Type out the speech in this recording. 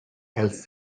else